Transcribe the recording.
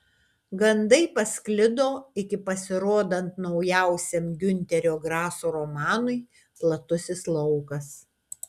gandai pasklido iki pasirodant naujausiam giunterio graso romanui platusis laukas